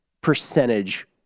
percentage